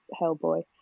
Hellboy